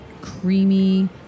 creamy